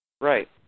right